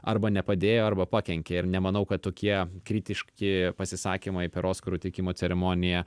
arba nepadėjo arba pakenkė ir nemanau kad tokie kritiški pasisakymai per oskarų teikimo ceremoniją